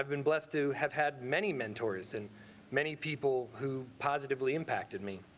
been blessed to have had many mentors and many people who positively impacted me.